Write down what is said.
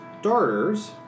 starters